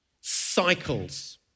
cycles